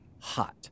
hot